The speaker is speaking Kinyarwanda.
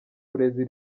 burezi